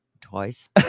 Twice